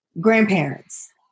grandparents